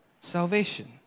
salvation